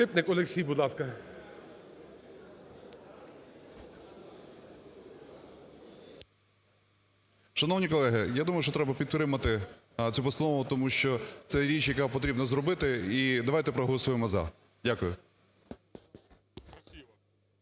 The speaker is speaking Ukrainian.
Шановні колеги! Я думаю, що треба підтримати цю постанову. Тому що це річ, яку потрібно зробити. І давайте проголосуємо "за". Дякую.